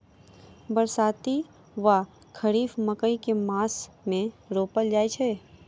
बरसाती वा खरीफ मकई केँ मास मे रोपल जाय छैय?